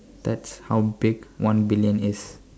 that's how big one billion is